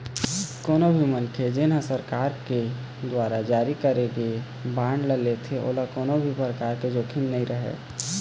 कोनो भी मनखे जेन ह सरकार के दुवारा जारी करे गे बांड ल लेथे ओला कोनो परकार के जोखिम नइ रहय